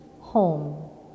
home